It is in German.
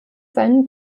seinen